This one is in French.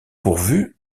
pourvus